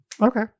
Okay